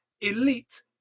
elite